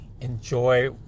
enjoy